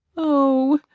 oh!